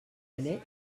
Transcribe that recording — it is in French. allait